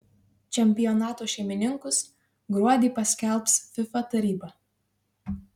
čempionato šeimininkus gruodį paskelbs fifa taryba